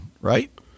right